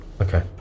okay